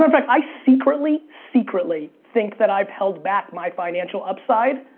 um fact, i secretly, secretly think that i've held back my financial upside,